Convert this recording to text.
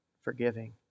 forgiving